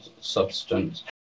substance